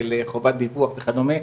של חובת דיווח וכדומה,